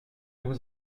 vous